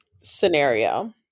scenario